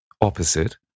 Opposite